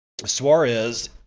Suarez